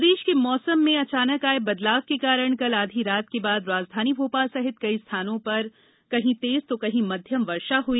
मौसम प्रदेश के मौसम अचानक आए बदलाव के कारण कल आधी रात के बाद राजधानी भोपाल सहित कई स्थानों पर कहीं तेज तो कहीं मध्यम वर्षा हई